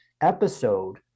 episode